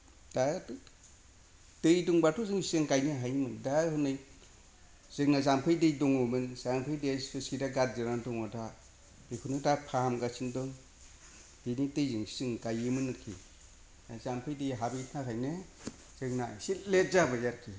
दाथ' दै दंबाथ' जों सिगां गायनो हायोमोन दा हनै जोंना जामफै दै दङमोन जामफैनि दैया स्लुइस गेट आ गाज्रि जानानै दङ दा बेखौनो दा फाहामगासिनो दं बेनि दैजोंसो गायोमोन आरोखि आरो जामफै दै हाबैनि थाखायनो जोंना एसे लेट जाबाय आरोखि